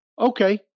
Okay